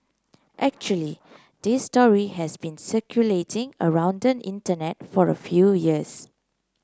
actually this story has been circulating around the Internet for a few years